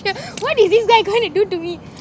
here what is this guy going to do to me